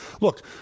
look